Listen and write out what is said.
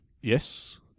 Yes